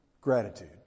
gratitude